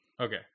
Okay